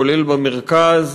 כולל במרכז,